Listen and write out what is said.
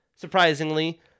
Surprisingly